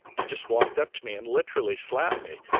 and just walked up to me and literally slapped me,